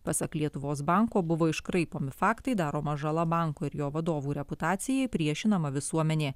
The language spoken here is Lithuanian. pasak lietuvos banko buvo iškraipomi faktai daroma žala bankui ir jo vadovų reputacijai priešinama visuomenė